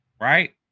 Right